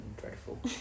dreadful